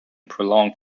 prolonged